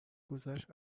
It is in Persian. گذشت